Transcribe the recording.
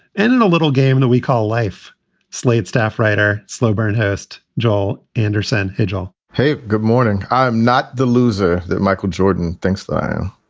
and in a little game that we call life slate staff writer. slow barnhurst. joel anderson, edgell hey, good morning. i'm not the loser that michael jordan thinks so